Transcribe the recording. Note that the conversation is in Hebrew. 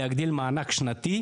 המענק השנתי